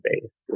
base